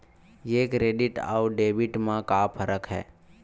ये क्रेडिट आऊ डेबिट मा का फरक है?